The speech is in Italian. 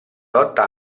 lotta